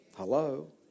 hello